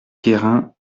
guérin